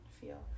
feel